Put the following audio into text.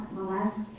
molest